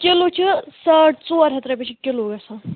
kilo چھِ ساڑ ژور ہَتھ رۄپیہِ چھِ کِلوٗ گژھان